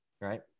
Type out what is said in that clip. right